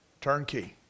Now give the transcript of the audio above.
Turnkey